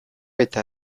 eta